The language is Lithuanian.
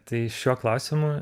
tai šiuo klausimu